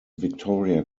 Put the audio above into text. victoria